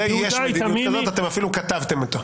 זה יש מדיניות כזאת ואתם אפילו כתבתם אותה.